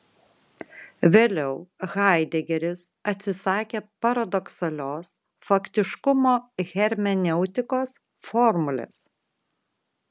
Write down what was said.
vėliau haidegeris atsisakė paradoksalios faktiškumo hermeneutikos formulės